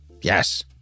Yes